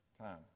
time